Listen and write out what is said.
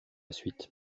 suite